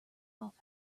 off